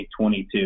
2022